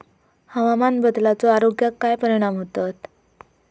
हवामान बदलाचो आरोग्याक काय परिणाम होतत?